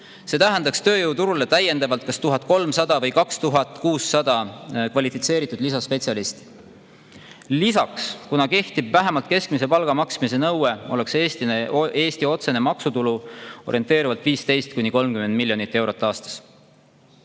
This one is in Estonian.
See tähendaks tööjõuturule täiendavalt kas 1300 või 2600 kvalifitseeritud lisaspetsialisti. Ja kuna kehtib vähemalt keskmise palga maksmise nõue, siis oleks Eesti otsene maksutulu orienteeruvalt 15–30 miljonit eurot aastas.